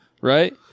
right